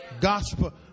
Gospel